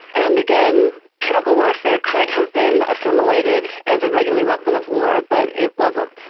and again, chemical warfare could have been assimilated as a regular weapon of war but it wasn't.